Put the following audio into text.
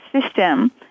system